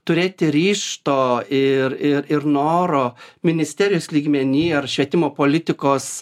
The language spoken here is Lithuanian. turėti ryžto ir ir ir noro ministerijos lygmeny ar švietimo politikos